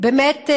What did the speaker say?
באמת,